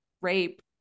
rape